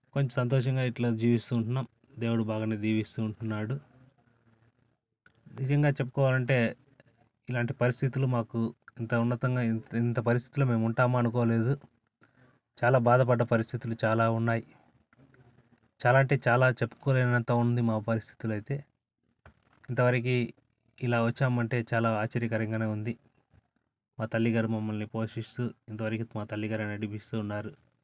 కొంచెం సంతోషంగా ఇట్లా జీవిస్తు ఉంటున్నాం దేవుడు బాగానే దీవిస్తు ఉంటున్నాడు నిజంగా చెప్పుకోవాలంటే ఇలాంటి పరిస్థితులు మాకు ఇంత ఉన్నతంగా ఇంత పరిస్థితులు మేము ఉంటాము అనుకోలేదు చాలా బాధపడ్డ పరిస్థితులు చాలా ఉన్నాయి చాలా అంటే చాలా చెప్పుకోలేనంత ఉంది మా పరిస్థితులు అయితే ఇంతవరకు ఇలా వచ్చామంటే చాలా ఆశ్చర్యకరంగానే ఉంది మా తల్లిగారు మమ్మల్ని పోషిస్తు ఇంతవరకు మా తల్లి గారే నడిపిస్తు ఉన్నారు